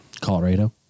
Colorado